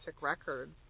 Records